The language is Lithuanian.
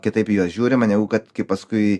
kitaip į juos žiūrima negu kad kai paskui